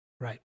Right